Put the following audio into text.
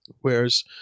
Whereas